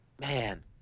man